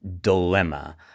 dilemma